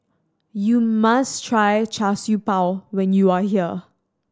you must try Char Siew Bao when you are here